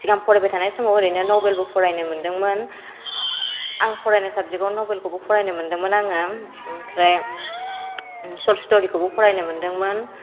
सिगां फरायबाय थानाय समाव ओरैनो नबेलबो फरायनो मोनदोंमोन आं फरायनाय साबजेक्टआव नबेलखौबो फरायनो मोनदोंमोन आङो ओमफ्राय शर्ट स्ट'रिखौबो फरायनो मोनदोंमोन